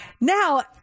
now-